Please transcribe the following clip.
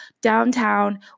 Downtown